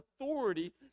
authority